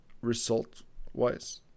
result-wise